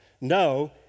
No